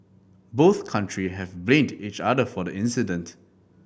both country have blamed each other for the incident